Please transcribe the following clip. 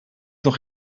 nog